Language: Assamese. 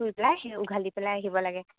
গৈ পেলাই সেই উঘালি পেলাই আহিব লাগে